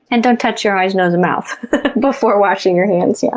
and don't touch your eyes, nose, and mouth before washing your hands. yeah